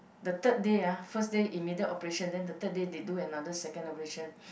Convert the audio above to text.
the third day ah first day immediate operation then the third day they do another second operation